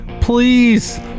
Please